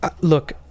Look